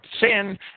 sin